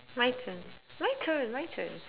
my turn my turn my turn